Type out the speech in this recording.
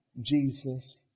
Jesus